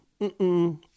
Mm-mm